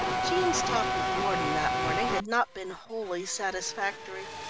jean's talk with mordon that morning had not been wholly satisfactory.